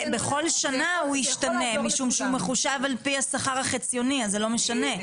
שנה הוא ישתנה משום שהוא מחושב על-פי השכר החציוני אז זה לא משנה,